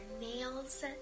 nails